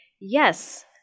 yes